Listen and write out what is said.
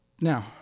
now